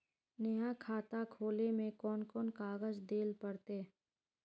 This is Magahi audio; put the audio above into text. नया खाता खोले में कौन कौन कागज देल पड़ते?